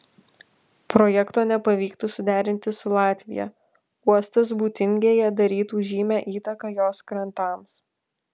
projekto nepavyktų suderinti su latvija uostas būtingėje darytų žymią įtaką jos krantams